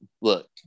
look